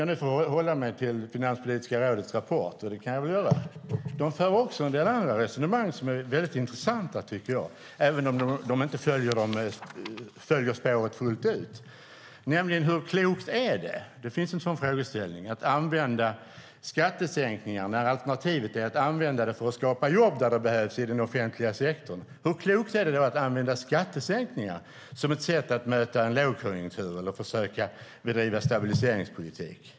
Jag håller mig till Finanspolitiska rådets rapport, och i den för de också en del andra resonemang som jag tycker är intressanta, även om de inte följer spåret fullt ut. Det finns en frågeställning om hur klokt det är att använda skattesänkningar som ett sätt att möta en lågkonjunktur eller försöka bedriva stabiliseringspolitik, när alternativet är att använda det för att skapa jobb där det behövs i den offentliga sektorn.